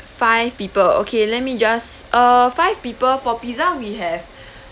five people okay let me just uh five people for pizza we have